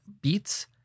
beats